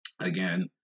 Again